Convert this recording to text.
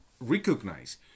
recognize